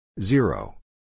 Zero